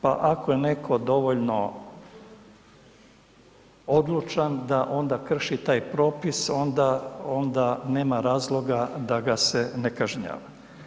Pa ako je netko dovoljno odlučan da onda krši taj propis onda nema razloga da ga se ne kažnjava.